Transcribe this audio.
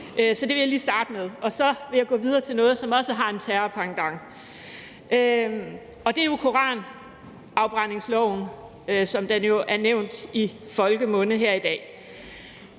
end det har været for hende. Så vil jeg gå videre til noget andet, som også har en terrorpendant, og det er jo koranafbrændingsloven, som den er benævnt i folkemunde, og